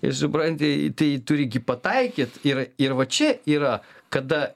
ir supranti tai turi gi pataikyti yra ir va čia yra kada